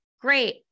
great